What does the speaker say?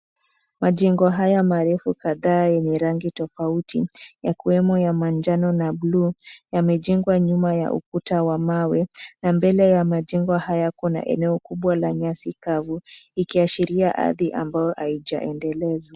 Majengo haya marefu kadhaa yenye rangi tofauti yakiwemo ya manjano na buluu, yamejengwa nyuma ya ukuta wa mawe na mbele ya majengo haya kuna eneo kubwa la nyasi kavu, ikiashiria ardhi ambayo haijaendelezwa.